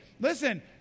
Listen